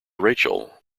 rachael